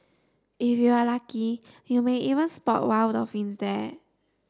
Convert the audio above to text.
if you are lucky you may even spot wild dolphins there